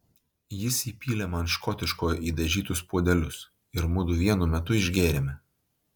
jis įpylė man škotiškojo į dažytus puodelius ir mudu vienu metu išgėrėme